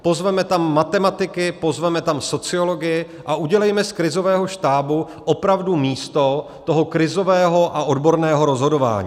Pozvěme tam matematiky, pozveme tam sociology a udělejme z krizového štábu opravdu místo toho krizového a odborného rozhodování.